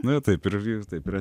na taip ir taip ir